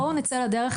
בואו נצא לדרך,